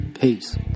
Peace